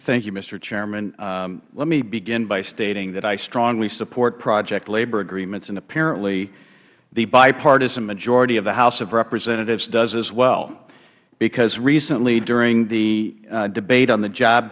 thank you mister chairman let me begin by stating that i strongly support project labor agreements apparently the bipartisan majority of the house of representatives does as well because recently during the debate on the job